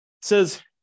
says